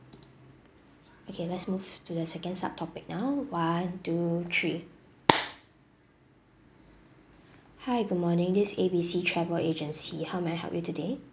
okay let's move to the second subtopic now one two three hi good morning this is A B C travel agency how may I help you today